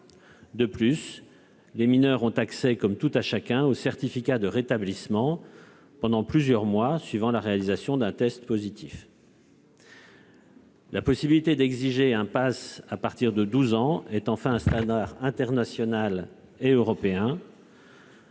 Et les mineurs ont accès, comme tout un chacun, au certificat de rétablissement pendant plusieurs mois suivant la réalisation d'un test positif. J'ajoute que la possibilité d'exiger un passe à partir de 12 ans est un standard international et européen.